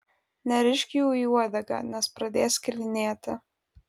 nerišk jų į uodegą nes pradės skilinėti